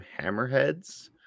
hammerheads